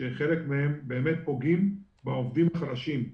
שחלק מהם פוגעים בעובדים החלשים.